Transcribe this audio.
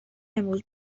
امروز